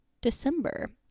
December